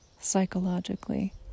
psychologically